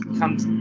comes